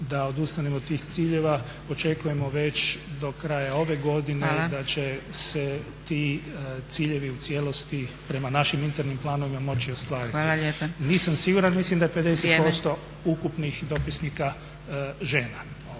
da odustanemo od tih ciljeva. Očekujemo već do kraja ove godine da će se ti ciljevi u cijelosti prema našim internim planovima moći ostvariti. Nisam siguran, mislim da je 50% ukupnih dopisnika žena